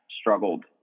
struggled